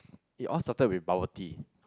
it all salted with bubble tea